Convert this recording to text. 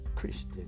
Christian